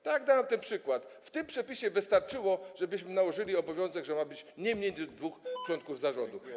Tak jak podałem ten przykład - w tym przepisie wystarczyło, żebyśmy nałożyli obowiązek, że ma być nie mniej niż dwóch członków zarządu.